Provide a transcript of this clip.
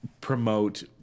promote